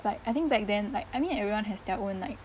like I think back then like I mean everyone has their own like